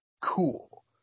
Cool